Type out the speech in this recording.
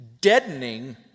deadening